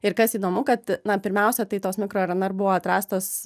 ir kas įdomu kad na pirmiausia tai tos mikro rnr buvo atrastos